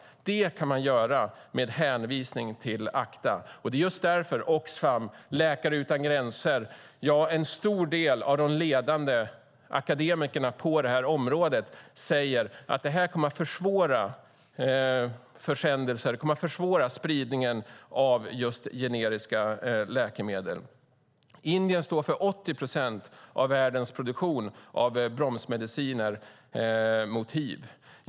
Det kan man göra med hänvisning till ACTA. Det är just därför som Oxfam, Läkare utan gränser - ja, en stor del av de ledande akademikerna på området - säger att det här kommer att försvåra spridningen av just generiska läkemedel. Indien står för 80 procent av världens produktion av bromsmediciner mot hiv.